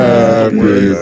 Happy